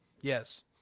Yes